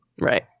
right